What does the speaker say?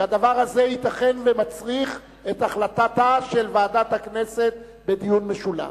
שהדבר הזה ייתכן שמצריך את החלטתה של ועדת הכנסת בדיון משולב.